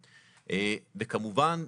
וכמובן,